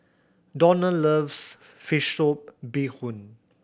Donal loves fish soup bee hoon